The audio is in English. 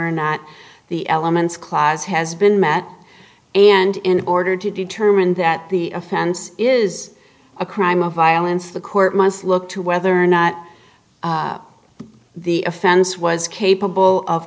or not the elements class has been met and in order to determine that the offense is a crime of violence the court must look to whether or not the offense was capable of